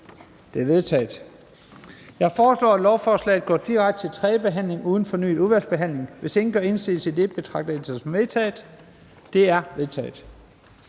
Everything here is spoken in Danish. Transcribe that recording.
Det er vedtaget. Jeg foreslår, at lovforslaget går direkte til tredje behandling uden fornyet udvalgsbehandling. Hvis ingen gør indsigelse, betragter jeg det som vedtaget. Det er vedtaget.